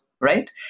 right